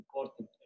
important